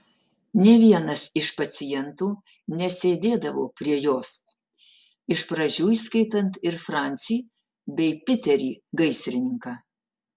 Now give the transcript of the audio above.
nė vienas iš pacientų nesėdėdavo prie jos iš pradžių įskaitant ir francį bei piterį gaisrininką